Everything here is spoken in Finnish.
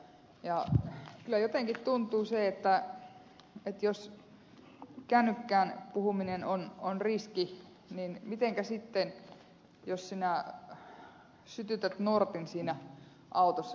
kyllä jotenkin tuntuu siltä että jos kännykkään puhuminen on riski niin mitenkä sitten jos sinä sytytät nortin siinä autossa kyllä sinä tarvitset siihen käsiä